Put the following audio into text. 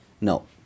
No